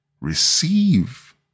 receive